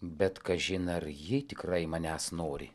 bet kažin ar ji tikrai manęs nori